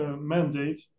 mandate